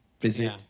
visit